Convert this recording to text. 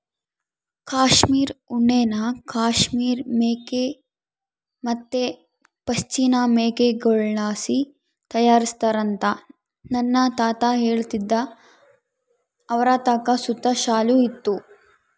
ಕಾಶ್ಮೀರ್ ಉಣ್ಣೆನ ಕಾಶ್ಮೀರ್ ಮೇಕೆ ಮತ್ತೆ ಪಶ್ಮಿನಾ ಮೇಕೆಗುಳ್ಳಾಸಿ ತಯಾರಿಸ್ತಾರಂತ ನನ್ನ ತಾತ ಹೇಳ್ತಿದ್ದ ಅವರತಾಕ ಸುತ ಶಾಲು ಇತ್ತು